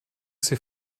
sie